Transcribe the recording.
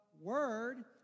Word